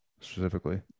specifically